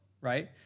right